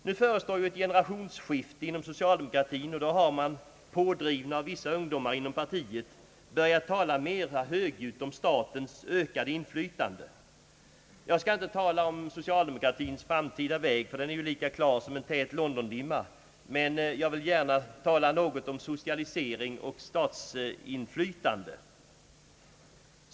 Nu förestår ett generationsskifte inom socialdemokratin, och då har man, pådriven av vissa ungdomar inom partiet, börjat tala mera högljutt om statens ökade inflytande. Jag skall inte tala om socialdemokratins framtida väg för den är ju lika klar som tät Londondimma, men jag vill gärna nämna något om socialisering och statsinflytande.